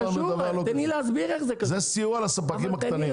זה סיוע לספקים הקטנים.